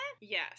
Yes